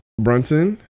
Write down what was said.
Brunson